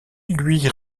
lui